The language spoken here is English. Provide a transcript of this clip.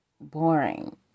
boring